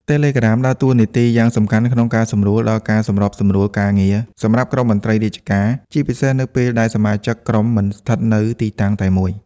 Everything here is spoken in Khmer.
Telegram ដើរតួនាទីយ៉ាងសំខាន់ក្នុងការសម្រួលដល់ ការសម្របសម្រួលការងារ សម្រាប់ក្រុមមន្ត្រីរាជការ ជាពិសេសនៅពេលដែលសមាជិកក្រុមមិនស្ថិតនៅទីតាំងតែមួយ។